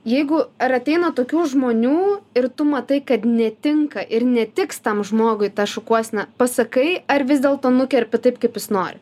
jeigu ar ateina tokių žmonių ir tu matai kad netinka ir netiks tam žmogui ta šukuosena pasakai ar vis dėlto nukerpi taip kaip jis nori